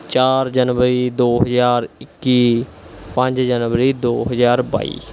ਚਾਰ ਜਨਵਰੀ ਦੋ ਹਜ਼ਾਰ ਇੱਕੀ ਪੰਜ ਜਨਵਰੀ ਦੋ ਹਜ਼ਾਰ ਬਾਈ